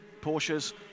Porsches